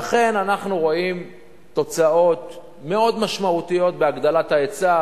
ואכן אנחנו רואים תוצאות מאוד משמעותיות בהגדלת ההיצע.